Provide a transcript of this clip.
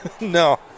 No